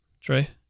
Trey